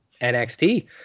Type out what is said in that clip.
nxt